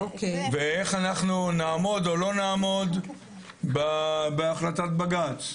ואיך אנחנו נעמוד או לא נעמוד בהחלטת בג"ץ?